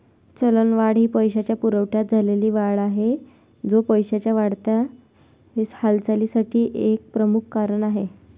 चलनवाढ ही पैशाच्या पुरवठ्यात झालेली वाढ आहे, जो पैशाच्या वाढत्या हालचालीसाठी एक प्रमुख कारण आहे